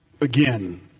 again